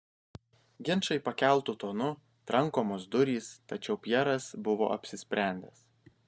ginčai pakeltu tonu trankomos durys tačiau pjeras buvo apsisprendęs